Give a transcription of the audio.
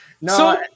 No